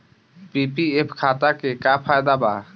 PPF खाता के का फायदा बा?